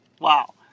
Wow